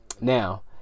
Now